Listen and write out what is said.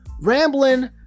rambling